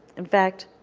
in fact,